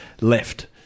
left